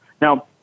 Now